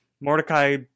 mordecai